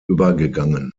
übergegangen